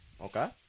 Okay